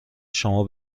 شما